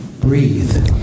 breathe